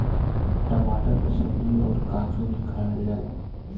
टमाटर के सब्जी अउर काचो भी खाएला जाला